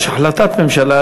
יש החלטת ממשלה,